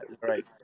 right